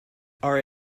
are